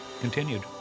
continued